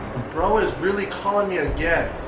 throwing is really calling me again.